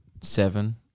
Seven